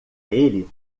ele